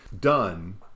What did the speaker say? done